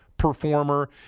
Performer